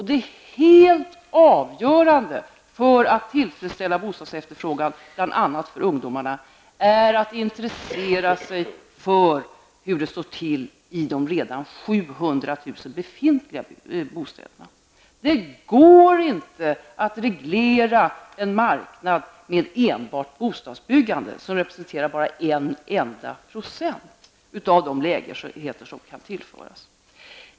Det helt avgörande för att tillfredsställa bostadsefterfrågan bl.a. hos ungdomarna är att man intresserar sig för hur det står till med de 700 000 redan befintliga bostäderna. Det går inte att reglera en marknad med enbart bostadsbyggande som endast representerar en enda procent av de lägenheter som kan tillföras.